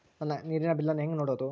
ನನ್ನ ನೇರಿನ ಬಿಲ್ಲನ್ನು ಹೆಂಗ ನೋಡದು?